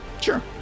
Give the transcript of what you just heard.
sure